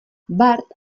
bart